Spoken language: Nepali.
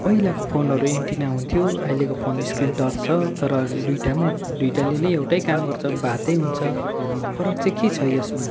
पहिलाको फोनहरू एन्टिना हुन्थ्यो अहिलेको फोनहरू स्क्रिन टच छ तर दुइटामा नै दुइटाले नै एउटै काम गर्छ बातै हुन्छ फरक चाहिँ के छ यसमा